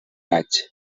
vaig